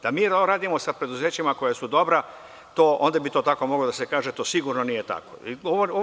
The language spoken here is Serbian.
Dami ovo radimo sa preduzećima koja su dobra onda bi to tako moglo da se kaže, to sigurno nije tako.